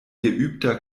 geübter